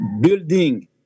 building